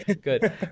Good